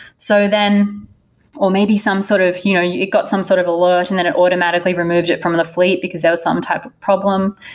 so then or maybe some sort of you know you've got some sort of alert and then it automatically removed it from the fleet because there was some type of problem.